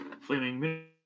flaming